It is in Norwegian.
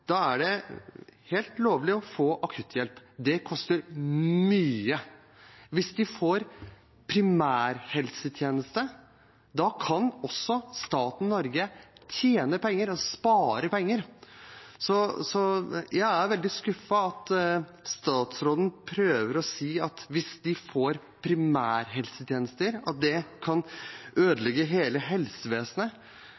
er det helt lovlig å få akutthjelp, men det koster mye. Hvis de får tilgang til primærhelsetjenester, kan også staten Norge spare penger. Så jeg er veldig skuffet over at statsråden prøver å si at hvis de får primærhelsetjenester, kan det